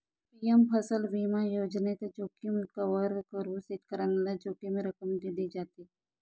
PM फसल विमा योजनेत, जोखीम कव्हर करून शेतकऱ्याला जोखीम रक्कम दिली जाते